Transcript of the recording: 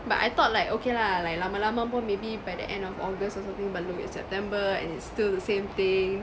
but I thought like okay lah like lama lama pun maybe by the end of august or something but look it's september and it's still the same thing